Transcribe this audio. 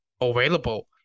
available